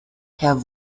herr